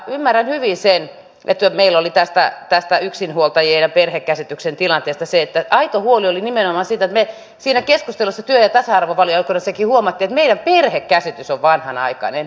ymmärrän hyvin sen että meillä oli tästä yksinhuoltajien ja perhekäsityksen tilanteesta se aito huoli nimenomaan siitä että me siinä keskustelussa työ ja tasa arvovaliokunnassakin huomasimme että meidän perhekäsityksemme on vanhanaikainen